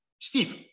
Steve